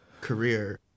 career